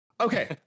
Okay